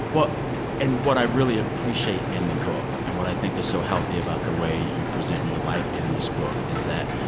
well and what i really appreciate in the book and what i think is so healthy about the way you present your life in this book is that